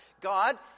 God